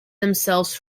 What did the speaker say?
themselves